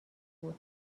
بود